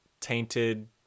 tainted